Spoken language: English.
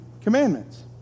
commandments